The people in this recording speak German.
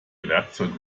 werkzeug